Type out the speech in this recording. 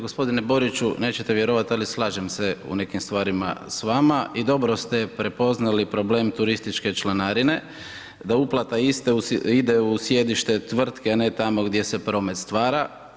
Gospodine Boriću, nećete vjerovati ali slažem se u nekim stvarima s vama i dobro ste prepoznali problem turističke članarine, da uplata iste ide u sjedište tvrtke a ne tamo gdje se promet stvara.